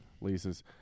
leases